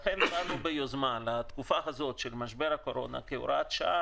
לכן באנו ביוזמה לתקופה הזאת של משבר הקורונה בהוראת שעה